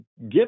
Give